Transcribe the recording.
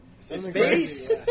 Space